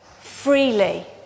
freely